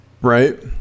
right